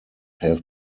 have